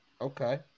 Okay